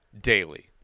daily